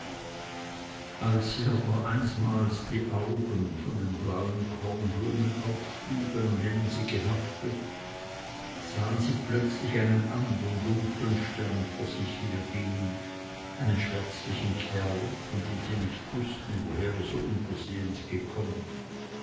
als sie aber einsmals die augen von den blauen kornblumen aufschlugen an denen sie gehaftet sahen sie plötzlich einen andern dunklen stern vor sich her gehen einen schwärzlichen kerl von dem sie nicht wußten woher er so unversehens gekommen